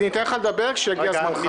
אני אתן לך לדבר כשיגיע זמנך.